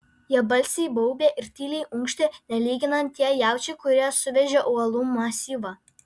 jie balsiai baubė ir tyliai unkštė nelyginant tie jaučiai kurie suvežė uolų masyvą